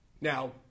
Now